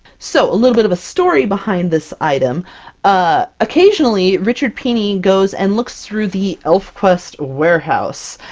so a little bit of a story behind this item ah occasionally richard pini goes and looks through the elfquest warehouse,